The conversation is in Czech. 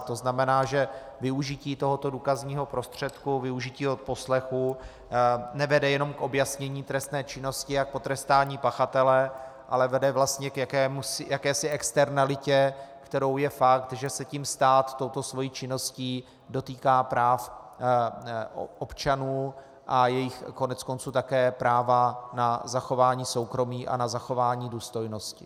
To znamená, že využití tohoto důkazního prostředku, využití odposlechu, nevede jenom k objasnění trestné činnosti a k potrestání pachatele, ale vede vlastně k jakési externalitě, kterou je fakt, že se tím stát touto svou činností dotýká práv občanů a jejich koneckonců také práva na zachování soukromí a na zachování důstojnosti.